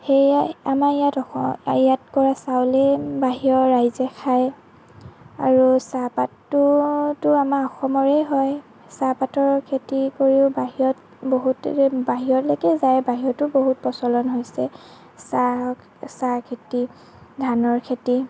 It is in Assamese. সেইয়াই আমাৰ ইয়াত কৰা চাউলে বাহিৰৰ ৰাইজে খায় আৰু চাহপাততোটো আমাৰ অসমৰে হয় চাহপাতৰ খেতি কৰিও বাহিৰত বহুত বাহিৰলৈকে যায় বাহিৰতো বহুত প্ৰচলন হৈছে চাহ হওঁক চাহ খেতি ধানৰ খেতি